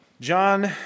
John